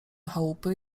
chałupy